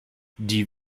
die